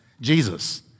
Jesus